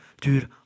dude